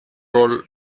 roll